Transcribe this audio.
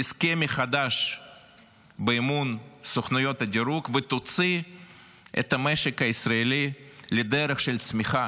תזכה מחדש באמון סוכנויות הדירוג ותוציא את המשק הישראלי לדרך של צמיחה.